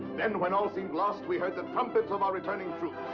then, when all seemed lost, we heard the trumpets of our returning troops.